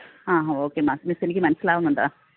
ആ okay ma'am മിസ്സെനിക്ക് മനസിലാകുന്നുണ്ട്